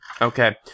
Okay